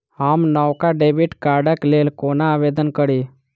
हम नवका डेबिट कार्डक लेल कोना आवेदन करी?